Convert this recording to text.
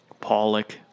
Pollock